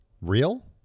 Real